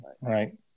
right